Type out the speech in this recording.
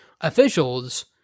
officials